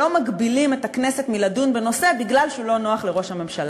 שלא מגבילים את הכנסת מלדון בנושא משום שהוא לא נוח לראש הממשלה.